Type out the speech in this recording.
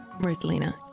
Rosalina